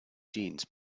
jeans